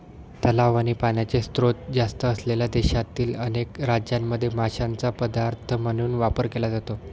तलाव आणि पाण्याचे स्त्रोत जास्त असलेल्या देशातील अनेक राज्यांमध्ये माशांचा पदार्थ म्हणून वापर केला जातो